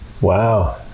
Wow